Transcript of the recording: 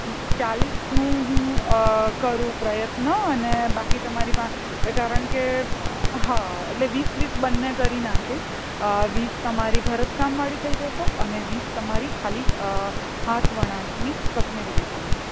હં ચાલીસનું હું કરું પ્રયત્ન અને બાકી તમારી કારણ કે હા એટલે વીસ વીસ બંને કરી નાખીશ વીસ તમારી ભરતકામ વાળી થઈ જશે અને વીસ તમારી ખાલી હાથ વણાટની કાશ્મીરી ડિઝાઈનની